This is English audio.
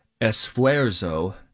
Esfuerzo